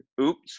Oops